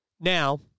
Now